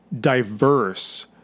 diverse